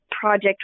project